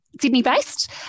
Sydney-based